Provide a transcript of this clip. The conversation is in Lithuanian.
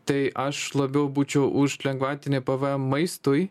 tai aš labiau būčiau už lengvatinį pvm maistui